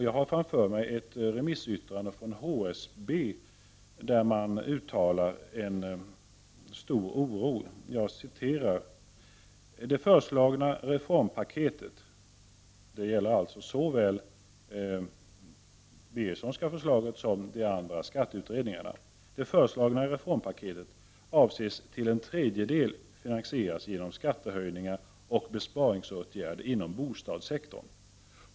Jag har framför mig ett remissyttrande från HSB, där man uttalar en stor oro: ”Det föreslagna reformpaketet” — det gäller såväl Birgerssonska förslaget som skatteutredningarnas — ”avses till ca en tredjedel finansieras genom skattehöjningar och besparingsåtgärder inom bostadssektorn.